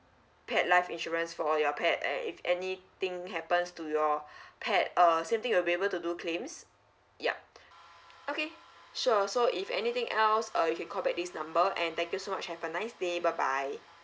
pet life insurance for your pet and if anything happens to your pet err same thing we'll be able to do claims yup okay sure so if anything else uh you call back this number and thank you so much have a nice day bye bye